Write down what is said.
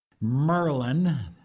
Merlin